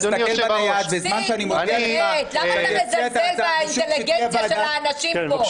תסתכל בנייד --- למה אתה מזלזל באינטליגנציה של האנשים פה?